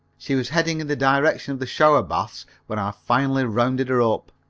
she was heading in the direction of the shower baths when i finally rounded her up.